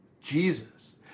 Jesus